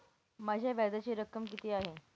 माझ्या व्याजाची रक्कम किती आहे?